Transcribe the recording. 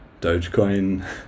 Dogecoin